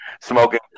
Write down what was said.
Smoking